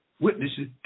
Witnesses